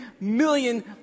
million